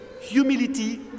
humility